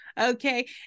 Okay